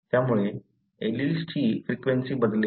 त्यामुळे एलील्सची फ्रिक्वेंसी बदलेल